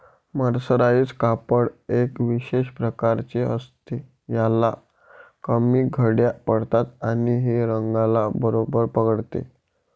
mercerise कापड एका विशेष प्रकारचे असते, ह्याला कमी घड्या पडतात आणि हे रंगाला बरोबर पकडते